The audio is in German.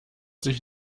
sich